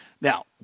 Now